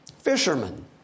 fishermen